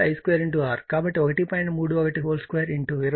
అందువల్ల P I2R కాబట్టి 1